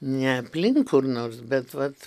ne aplink kur nors bet vat